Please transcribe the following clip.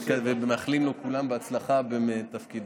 מאחלים לו כולנו הצלחה בתפקידיו.